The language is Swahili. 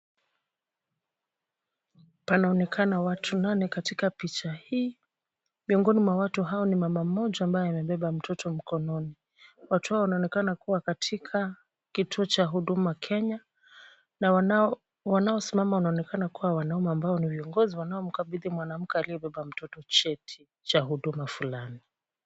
Panaonekana watu nane katika picha hii. Miongoni mwao watu hao ni mama mmoja ambaye amebeba mtoto mikononi. Watu hao wanaonekana kuwa katika kituo cha Huduma Kenya, na wanaosimama wanaonekana kuwa ni viongozi wanaomkabidhi mwanamke aliyebeba mtoto cheti cha huduma fulani.